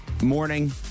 Morning